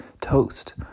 toast—